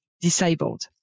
disabled